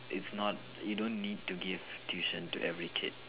it's not you don't need to give tuition to every kid